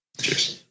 cheers